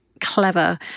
clever